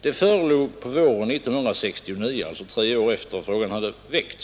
Det förelåg på våren 1969, alltså tre år efter det frågan hade väckts.